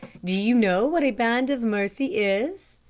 do you know what a band of mercy is?